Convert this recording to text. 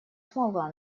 смогла